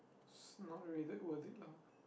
s~ not really that worth it lah